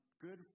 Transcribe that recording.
good